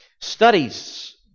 Studies